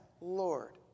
Lord